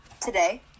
today